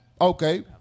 Okay